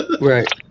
right